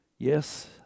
Yes